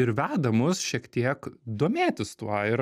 ir veda mus šiek tiek domėtis tuo ir